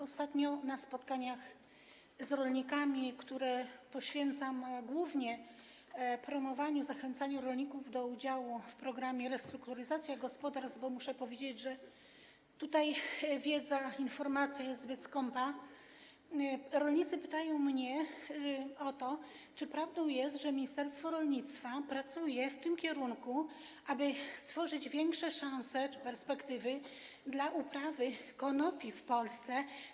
Ostatnio na spotkaniach z rolnikami, które poświęcam głównie promowaniu, zachęcaniu rolników do udziału w programie restrukturyzacji gospodarstw, bo muszę powiedzieć, że tutaj wiedza, informacja jest zbyt skąpa, rolnicy pytają mnie o to, czy prawdą jest, że ministerstwo rolnictwa pracuje nad tym, aby stworzyć większe szanse czy perspektywy dla uprawy konopi w Polsce.